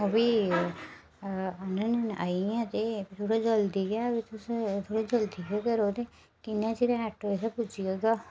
अभी आनी आई आं ते थोह्ड़ा जल्दी गै थोह्ड़ा जल्दी गै ओह् करो ते